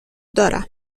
دارم